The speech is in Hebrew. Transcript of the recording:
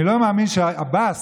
אני לא מאמין שעבאס,